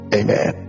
amen